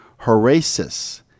horasis